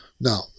Now